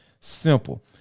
simple